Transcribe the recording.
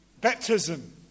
baptism